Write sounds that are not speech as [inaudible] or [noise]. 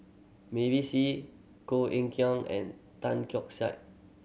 [unintelligible] Koh Eng Kian and Tan [unintelligible] Saik